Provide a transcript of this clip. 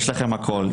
יש לכם הכול,